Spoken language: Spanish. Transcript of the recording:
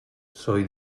soy